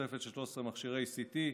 תוספת של 13 מכשירי CT,